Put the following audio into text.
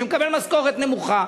שמקבל משכורת נמוכה,